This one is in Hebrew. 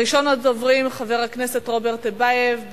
ראשון הדוברים הוא חבר הכנסת רוברט טיבייב.